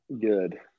good